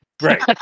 Right